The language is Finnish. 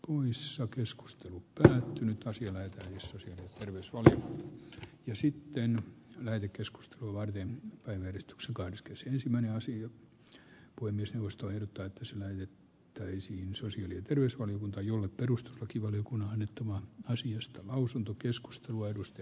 kunnissa keskustelu köyhtynyt morsiamet jos terveys vähän ja sitten lähetekeskustelua varten edistyksen kaudesta sysmän ja osin kuin myös neuvosto ehdottaa sille nyt toisen sosiaali ja terveysvaliokunta jolle perustuslakivaliokunnanittuvat asiasta arvoisa herra puhemies